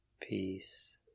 peace